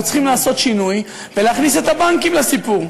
אנחנו צריכים לעשות שינוי ולהכניס את הבנקים לסיפור.